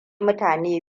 mutane